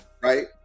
right